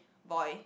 boy